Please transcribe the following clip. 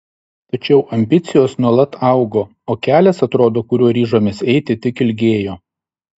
tačiau ambicijos nuolat augo o kelias atrodo kuriuo ryžomės eiti tik ilgėjo